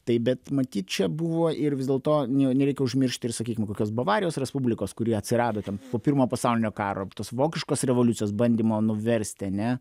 taip bet matyt čia buvo ir vis dėlto ne nereikia užmiršt ir sakykim kokios bavarijos respublikos kuri atsirado ten po pirmo pasaulinio karo tos vokiškos revoliucijos bandymo nuversti ane